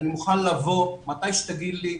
אני מוכן לבוא מתי שתגיד לי,